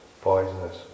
poisonous